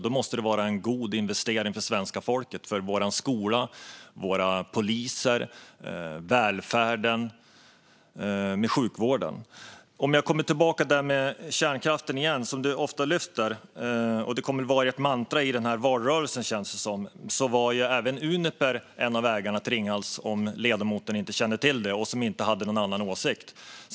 Då måste det vara en god investering för svenska folket, för vår skola, för våra poliser, för välfärden och för sjukvården. Om jag kommer tillbaka till det här med kärnkraften igen, som Elisabeth Björnsdotter Rahm ofta lyfter och som kommer att vara ert mantra i den här valrörelsen känns det som, var även Uniper en av ägarna till Ringhals, om ledamoten inte känner till det. De hade ingen annan åsikt.